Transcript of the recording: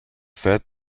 faite